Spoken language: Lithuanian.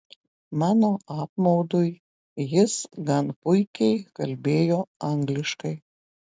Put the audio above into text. mano apmaudui jis gan puikiai kalbėjo angliškai